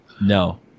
No